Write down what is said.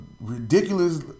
ridiculous